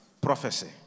Prophecy